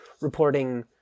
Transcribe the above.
reporting